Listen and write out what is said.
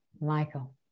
michael